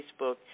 Facebook